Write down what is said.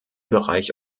bereich